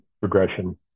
progression